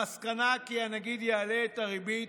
המסקנה: הנגיד יעלה את הריבית,